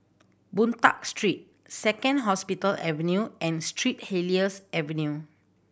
Boon Tat Street Second Hospital Avenue and Street Helier's Avenue